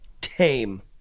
tame